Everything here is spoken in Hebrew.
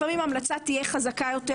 לפעמים ההמלצה תהיה חזקה יותר,